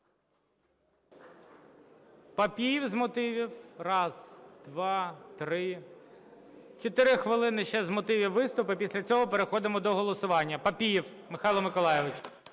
Папієв - з мотивів. Чотири хвилини ще з мотивів виступи, після цього переходимо до голосування. Папієв Михайло Миколайович.